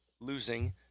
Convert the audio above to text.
losing